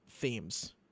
themes